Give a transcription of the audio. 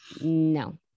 no